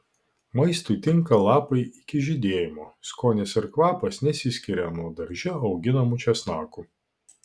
maistui tinka lapai iki žydėjimo skonis ir kvapas nesiskiria nuo darže auginamų česnakų